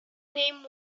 name